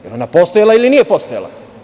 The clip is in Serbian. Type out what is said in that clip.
Jel ona postojala ili nije postojala?